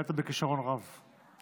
ניהלת בכישרון רב ובהצלחה.